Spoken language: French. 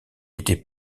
étaient